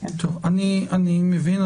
אני מבין,